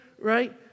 right